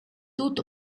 тут